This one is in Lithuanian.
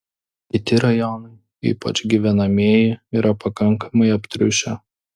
kiti rajonai ypač gyvenamieji yra pakankamai aptriušę